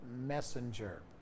messenger